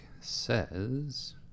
says